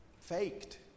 faked